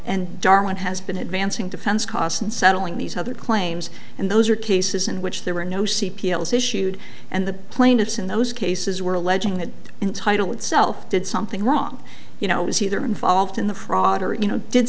and darwin has been advancing defense costs and settling these other claims and those are cases in which there were no c p s issued and the plaintiffs in those cases were alleging that in title itself did something wrong you know it was either involved in the fraud or you know did